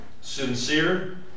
Sincere